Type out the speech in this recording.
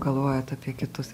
galvojat apie kitus